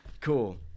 Cool